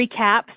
recap